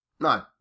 No